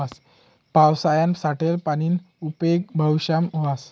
पावसायानं साठेल पानीना उपेग भविष्यमा व्हस